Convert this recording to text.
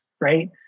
right